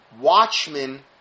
watchmen